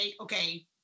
okay